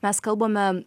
mes kalbame